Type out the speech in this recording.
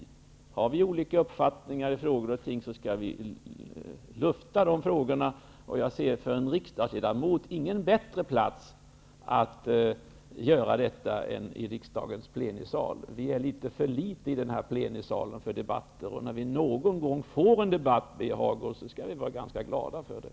Om vi har olika uppfattningar om saker och ting skall frågorna luftas. Jag kan inte se en bättre plats för en riksdagsledamot att göra detta än just riksdagens plenisal. Vi i den här salen är något för litet för debatter. När vi någon gång får en debatt, Birger Hagård, skall vi vara ganska glada för det.